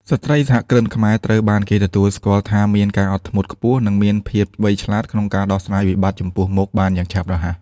ស្ត្រីសហគ្រិនខ្មែរត្រូវបានគេទទួលស្គាល់ថាមានការអត់ធ្មត់ខ្ពស់ និងមានភាពវៃឆ្លាតក្នុងការដោះស្រាយវិបត្តិចំពោះមុខបានយ៉ាងរហ័ស។